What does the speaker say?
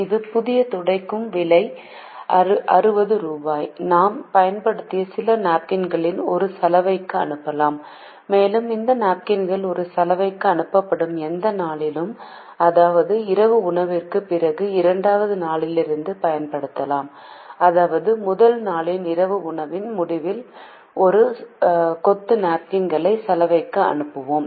ஒரு புதிய துடைக்கும் விலை 60 ரூபாய் நாம் பயன்படுத்திய சில நாப்கின்களை ஒரு சலவைக்கு அனுப்பலாம் மேலும் இந்த நாப்கின்கள் ஒரு சலவைக்கு அனுப்பப்படும் எந்த நாளிலும் அதாவது இரவு உணவிற்குப் பிறகு இரண்டாவது நாளிலிருந்து பயன்படுத்தலாம் அதாவது முதல் நாளின் இரவு உணவின் முடிவில் ஒரு கொத்து நாப்கின்களை சலவைக்கு அனுப்புவோம்